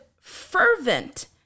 fervent